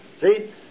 See